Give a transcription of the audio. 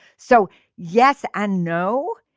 so yes and no.